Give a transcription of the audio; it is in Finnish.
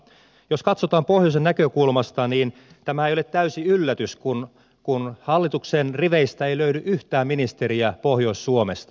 jos katsotaan pohjoisen näkökulmasta niin tämä ei ole täysi yllätys kun hallituksen riveistä ei löydy yhtään ministeriä pohjois suomesta